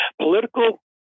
Political